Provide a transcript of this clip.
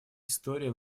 история